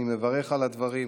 אני מברך על הדברים,